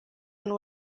and